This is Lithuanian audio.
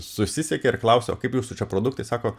susisiekia ir klausia o kaip jūsų čia produktai sako